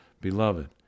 Beloved